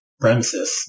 premises